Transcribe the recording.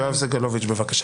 יואב סגלוביץ', בבקשה.